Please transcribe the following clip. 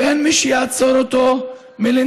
ואין מי שיעצור אותו מלנסוע.